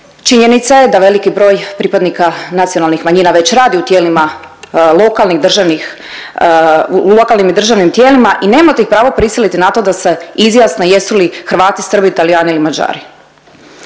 činjenica je da veliki broj pripadnika nacionalnih manjina već radi u tijelima lokalnih državnih, u lokalnim i državnim tijelima i nemate ih pravo prisiliti na to da se izjasne jesu li Hrvati, Srbi, Talijani ili Mađari.